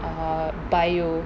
err biology